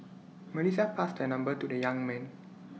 Melissa passed her number to the young man